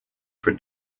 for